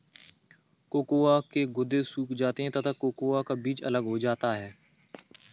cocoa के गुदे सूख जाते हैं तथा कोकोआ का बीज अलग हो जाता है